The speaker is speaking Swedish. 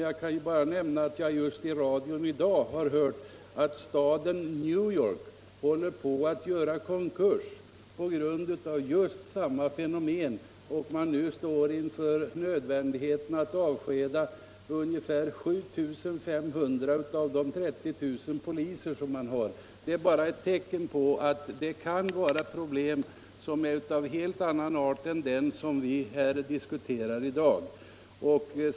Jag kan nämna att jag just i dag har hört i radio att staden New York håller på att göra konkurs på grund av just samma fenomen. Man står där nu inför nödvändigheten att avskeda ungefär 7 500 av de 30 000 poliser man har. Det är bara ett tecken på att det kan finnas problem av helt annan art än dem som vi diskuterar här i dag.